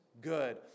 good